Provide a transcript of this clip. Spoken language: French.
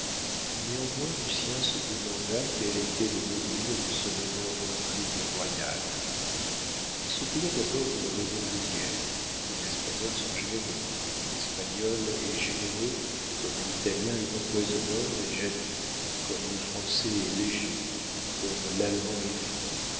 néanmoins lucien se demanda quel était le mobile de ce meneur d'intrigues royales il se paya d'abord d'une raison vulgaire les espagnols sont généreux l'espagnol est généreux comme l'italien est empoisonneur et jaloux comme le français est léger comme l'allemand est franc